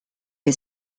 che